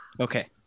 Okay